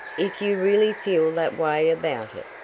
if you really feel that way about it,